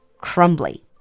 crumbly